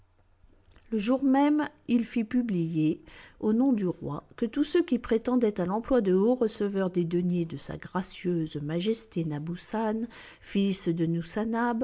le jour même il fit publier au nom du roi que tous ceux qui prétendaient à l'emploi de haut receveur des deniers de sa gracieuse majesté nabussan fils de